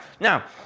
Now